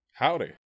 Howdy